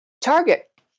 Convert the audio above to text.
target